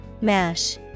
Mash